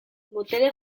botere